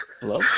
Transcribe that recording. Hello